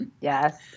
Yes